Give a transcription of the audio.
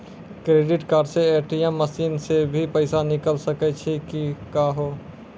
Credit card से ATM machine से भी पैसा निकल सकै छि का हो?